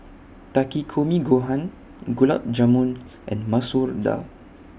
Takikomi Gohan Gulab Jamun and Masoor Dal